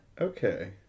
Okay